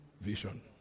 vision